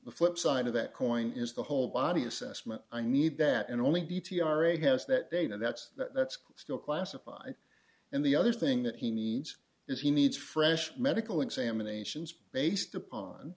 the flipside of that coin is the whole body assessment i need that only d t r a has that data that's that's still classified and the other thing that he needs is he needs fresh medical examinations based upon